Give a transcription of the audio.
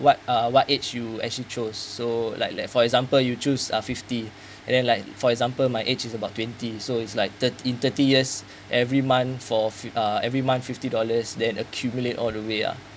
what uh what age you actually chose so like like for example you choose uh fifty and then like for example my age is about twenty so it's like thir~ in thirty years every month for uh every month fifty dollars then accumulate all the way uh